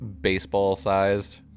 baseball-sized